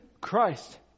Christ